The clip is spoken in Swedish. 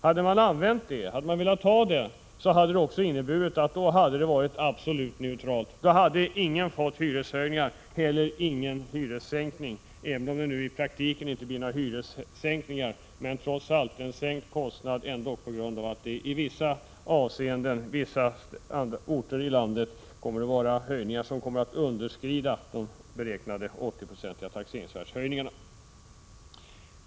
Om man hade velat göra så, hade det inneburit att det hade blivit absolut neutralt. Då skulle ingen ha fått hyreshöjningar eller ingen skulle ha fått hyressänkningar. Även om det i praktiken inte blir några hyressänkningar, blir det ändå en sänkt kostnad på grund av att höjningarna på vissa orter i landet kommer att underskrida de beräknade 80-procentiga taxeringsvärdeshöjningarna.